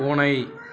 பூனை